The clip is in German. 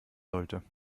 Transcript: sollte